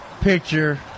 picture